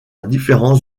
différents